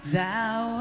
Thou